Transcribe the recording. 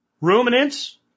Ruminants